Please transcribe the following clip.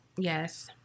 Yes